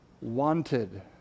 wanted